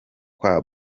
kwa